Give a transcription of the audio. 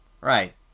Right